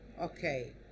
okay